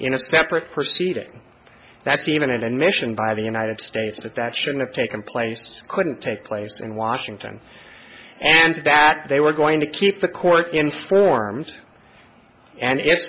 in a separate proceeding that's even admission by the united states that that should have taken place couldn't take place in washington and that they were going to keep the court informed and i